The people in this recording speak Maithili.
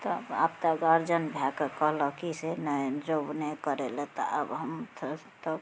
तऽ आब तऽ गार्जियन भएके कहलक कि से नहि जॉब नहि करय लए तऽ आब हम तऽ तब